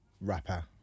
rapper